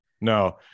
No